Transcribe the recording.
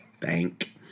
thank